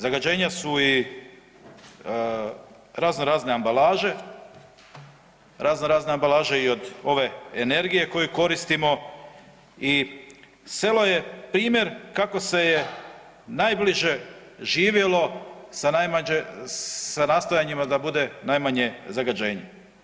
Zagađenja su i razno razne ambalaže, razno razne ambalaže i od ove energije koju koristimo i selo je primjer kako se je najbliže živjelo sa nastojanjima da bude najmanje zagađenja.